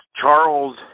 Charles